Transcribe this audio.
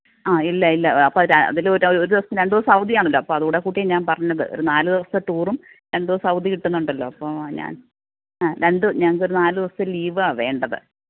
ആ ഇല്ല ഇല്ല അപ്പം ര അതിലൊരു ഒരു ദിവസം രണ്ട് ദിവസം അവധിയാണല്ലോ അപ്പോൾ അതും കൂടെ കൂട്ടിയാൽ ഞാന് പറഞ്ഞത് ഒരു നാല് ദിവസത്തെ ടൂറും രണ്ട് ദിവസം അവധി കിട്ടുന്നുണ്ടല്ലോ അപ്പോൾ ഞാന് ആ രണ്ട് ഞങ്ങൾക്ക് നാല് ദിവസത്തെ ലീവാണ് വേണ്ടത്